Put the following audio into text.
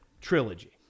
trilogy